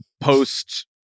post